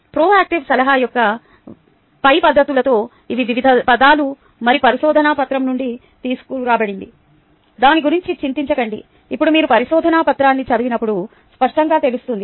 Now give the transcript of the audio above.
proactive సలహా యొక్క పై పద్ధతులతో ఇవి వివిధ పదాలు ఇది పరిశోధన పత్రం నుండి తీసుకోబడింది దాని గురించి చింతించకండి ఇప్పుడు మీరు పరిశోధన పత్రాన్ని చదివినప్పుడు స్పష్టంగా తెలుస్తుంది